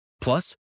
Plus